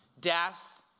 death